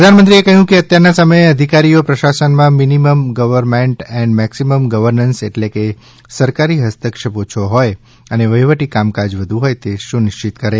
પ્રધાનમંત્રીએ કહ્યું કે અત્યારના સમયે અધિકારીઓ પ્રશાસનમાં minimum government and maximum governance એટલે કે સરકારી હસ્તક્ષેપ ઓછો હોથ અને વહિવટી કામકાજ વધુ હોય તે સુનિશ્ચિત કરે